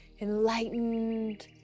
enlightened